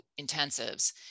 intensives